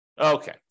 Okay